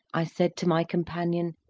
i said to my companion,